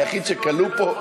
אני היחיד שכלוא פה,